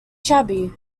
shabby